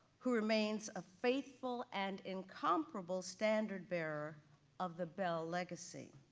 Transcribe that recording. who remains a faithful and incomparable standard bearer of the bell legacy.